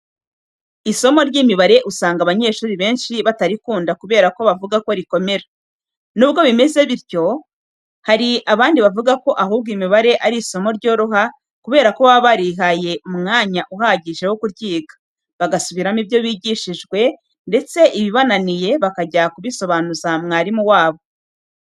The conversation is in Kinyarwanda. Isomo ry'imibare usanga abanyeshuri benshi batarikunda kubera ko bavuga ko rikomera. Nubwo bimeze bityo, hari abandi bavuga ko ahubwo imibare ari isomo ryoroha kubera ko baba barihaye umwanya uhagije wo kuryiga, bagasubiramo ibyo bigishijwe ndetse ibibananiye bakajya kubisobanuza mwarimu wabo.